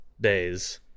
days